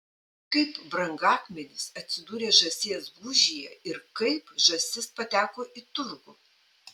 kaip brangakmenis atsidūrė žąsies gūžyje ir kaip žąsis pateko į turgų